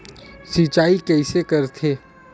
सिंचाई कइसे करथे?